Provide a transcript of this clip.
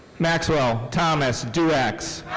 maxwell thomas duax.